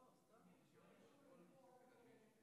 לומר שאין צורך להסביר שוב את